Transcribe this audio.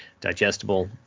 digestible